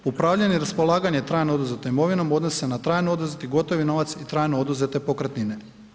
Upravljanje i raspolaganje trajno oduzetom imovinom odnosi se na trajno oduzeti gotovi novac i trajno oduzete pokretnine.